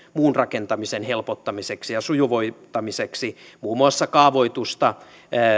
muun rakentamisen helpottamiseksi ja sujuvoittamiseksi muun muassa kaavoitusta